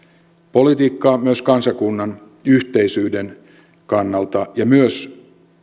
politiikkaa myös kansakunnan yhteisyyden kannalta ja myös